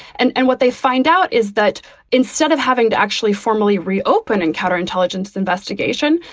and and what they find out is that instead of having to actually formally reopen and counterintelligence investigation,